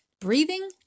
Breathing